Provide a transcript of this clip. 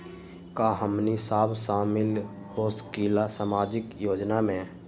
का हमनी साब शामिल होसकीला सामाजिक योजना मे?